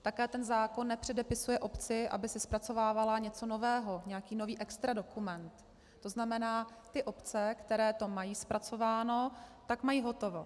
Také ten zákon nepředepisuje obci, aby si zpracovávala něco nového, nějaký nový extradokument, tzn. ty obce, které to mají zpracováno, tak mají hotovo.